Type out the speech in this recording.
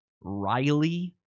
Riley